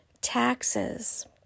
taxes